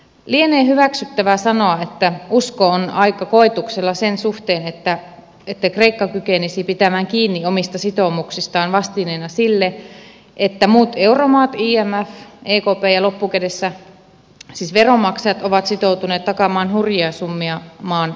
lienee hyväksyttävää sanoa että usko on aika koetuksella sen suhteen että kreikka kykenisi pitämään kiinni omista sitoumuksistaan vastineena sille että muut euromaat imf ekp ja loppukädessä siis veronmaksajat ovat sitoutuneet takaamaan hurjia summia maan pelastamiseksi